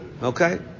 Okay